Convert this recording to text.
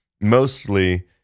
mostly